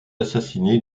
assassiné